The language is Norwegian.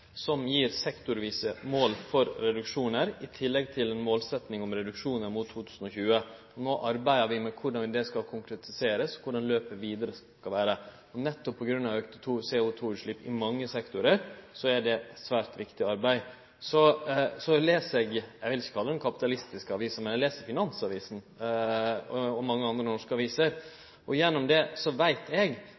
som gir sektorvise mål for reduksjonar, i tillegg til ei målsetjing om reduksjonar mot 2020. No arbeider vi med korleis det skal konkretiserast, korleis løpet vidare skal vere. Nettopp på grunn av auka CO2-utslepp i mange sektorar er det eit svært viktig arbeid. Så les eg Finansavisen – eg vil ikkje kalle det ei kapitalistisk avis – og mange andre norske aviser. Gjennom det veit eg